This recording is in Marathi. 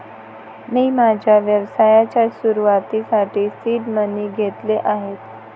मी माझ्या व्यवसायाच्या सुरुवातीसाठी सीड मनी घेतले आहेत